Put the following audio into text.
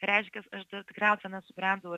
reiškias aš dar tikriausia nesubrendau